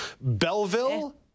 Belleville